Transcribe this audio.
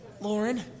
Lauren